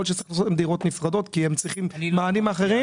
יכול להיות שצריך לעשות להם דירות נפרדות כי הם צריכים מענים אחרים.